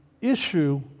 issue